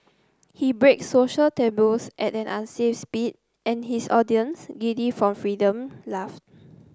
he breaks social taboos at an unsafe speed and his audience giddy from freedom laugh